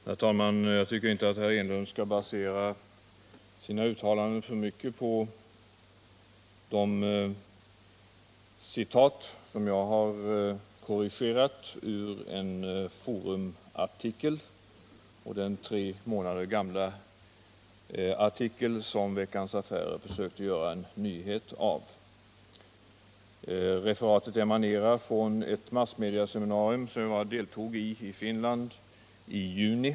Herr talman! Jag tycker inte att herr Enlund skall basera sina uttalanden alltför mycket på det citat ur en Forumartikel som jag har korrigerat och på den tre månader gamla artikel som Veckans Affärer försökte göra en nyhet av. Referatet emanerar från ett massmediaseminarium i Finland i juni som jag deltog i.